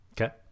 Okay